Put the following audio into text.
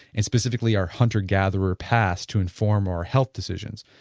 and specifically our hunter-gatherer past to inform our health decisions.